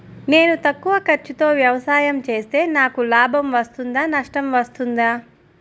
నేను తక్కువ ఖర్చుతో వ్యవసాయం చేస్తే నాకు లాభం వస్తుందా నష్టం వస్తుందా?